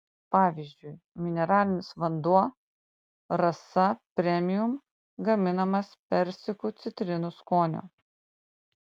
pavyzdžiui mineralinis vanduo rasa premium gaminamas persikų citrinų skonio